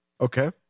Okay